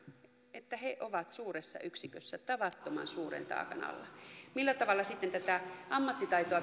että he ovat suuressa yksikössä tavattoman suuren taakan alla millä tavalla sitten tätä ammattitaitoa